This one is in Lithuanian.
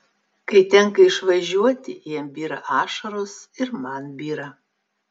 kai tenka išvažiuoti jam byra ašaros ir man byra